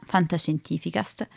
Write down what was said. Fantascientificast